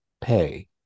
pay